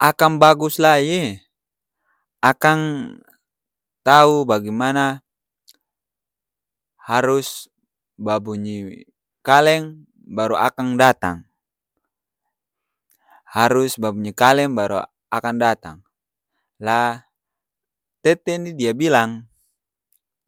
akang bagus lai e, akang tau bagemana harus babunyi kaleng baru akang datang. Harus babunyi kaleng baru akang datang. La tete ni dia bilang